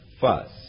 fuss